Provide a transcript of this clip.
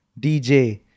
DJ